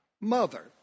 mother